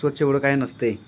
स्वच्छ एवढं काय नसतंय